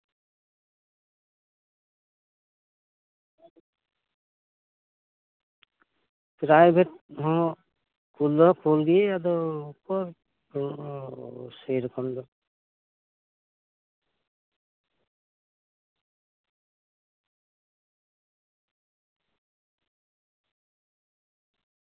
private ᱦᱚᱸ ᱠᱩᱞ ᱫᱚ ᱠᱩᱞ ᱜᱮ ᱟᱫᱚ ᱩᱠᱩᱨ ᱥᱮᱨᱚᱠᱚᱢ ᱫᱚ